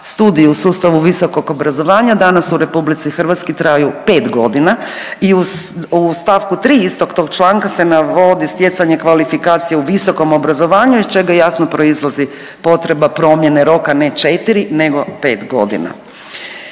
studiji u sustavu visokog obrazovanja danas u RH traju 5 godina. I u stavku 3. istog tog članka se navodi stjecanje kvalifikacije u viskom obrazovanju iz čega jasno proizlazi potreba promjene roka ne 4 nego 5 godina.